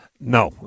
No